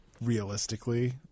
realistically